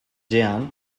jehan